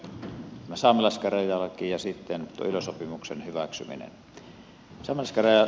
saamelaiskäräjälaki ja sitten ilo sopimuksen hyväksyminen